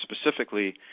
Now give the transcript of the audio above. specifically